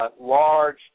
large